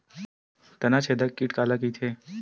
तनाछेदक कीट काला कइथे?